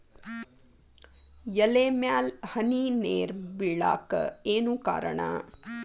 ಎಲೆ ಮ್ಯಾಲ್ ಹನಿ ನೇರ್ ಬಿಳಾಕ್ ಏನು ಕಾರಣ?